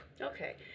Okay